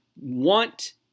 want